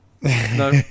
No